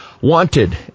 Wanted